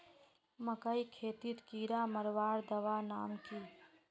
मकई खेतीत कीड़ा मारवार दवा नाम की?